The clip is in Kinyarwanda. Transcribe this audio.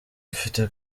mfite